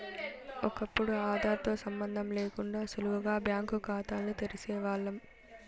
ఒకప్పుడు ఆదార్ తో సంబందం లేకుండా సులువుగా బ్యాంకు కాతాల్ని తెరిసేవాల్లం